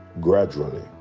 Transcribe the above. gradually